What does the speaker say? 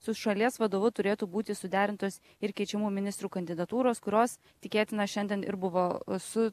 su šalies vadovu turėtų būti suderintos ir keičiamų ministrų kandidatūros kurios tikėtina šiandien ir buvo su